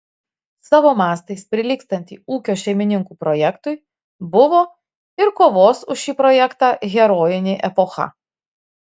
savo mastais prilygstantį ūkio šeimininkų projektui buvo ir kovos už šį projektą herojinė epocha